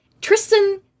Tristan